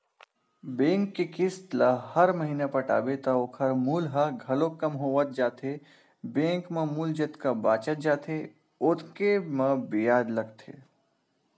bank के किस्त ल हर महिना पटाबे त ओखर मूल ह घलोक कम होवत जाथे बेंक म मूल जतका बाचत जाथे ओतके म बियाज लगथे